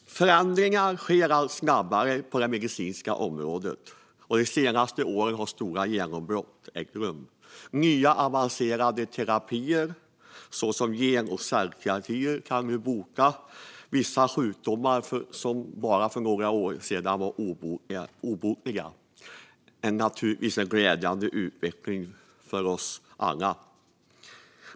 Förändringar sker allt snabbare på det medicinska området, och de senaste åren har stora genombrott ägt rum. Nya avancerade terapier såsom gen och cellterapier kan nu bota vissa sjukdomar som för bara några år sedan var obotliga. Det är naturligtvis en glädjande utveckling för oss alla.